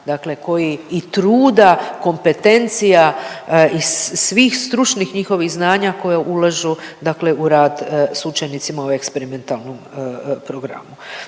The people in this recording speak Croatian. dakle koji i truda, kompetencija i svih stručnih njihovih znanja koje ulažu dakle u rad s učenicima u eksperimentalnom programu.